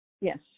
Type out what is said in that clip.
yes